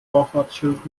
vorfahrtsschild